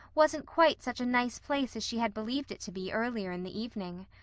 wasn't quite such a nice place as she had believed it to be earlier in the evening.